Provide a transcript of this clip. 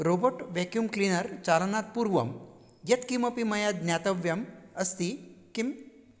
robot vacuum cleaner चालनात् पूर्वं यत्किमपि मया ज्ञातव्यम् अस्ति किम्